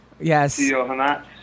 Yes